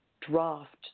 draft